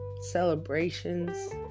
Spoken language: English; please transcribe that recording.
celebrations